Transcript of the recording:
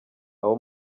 abo